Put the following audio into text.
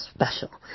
special